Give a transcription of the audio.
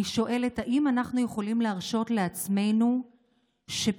אני שואלת: האם אנחנו יכולים להרשות לעצמנו שפשיעה